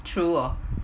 true oh